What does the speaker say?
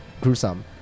gruesome